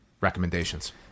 recommendations